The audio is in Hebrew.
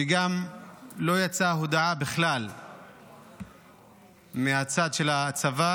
שכלל לא יצאה הודעה מצד הצבא